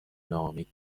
ناامید